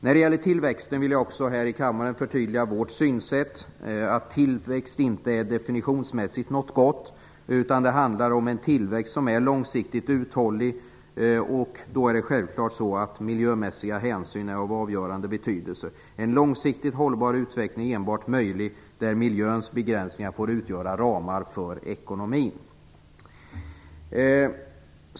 När det gäller tillväxten vill jag här i kammaren förtydliga vårt synsätt: Tillväxt är definitionsmässigt inte någonting gott, utan det handlar om en tillväxt som är långsiktigt uthållig. Då är självklart miljömässiga hänsyn av avgörande betydelse. En långsiktigt hållbar utveckling är möjlig enbart när miljöns begränsningar får utgöra ramar för ekonomin.